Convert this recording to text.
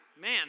Man